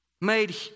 made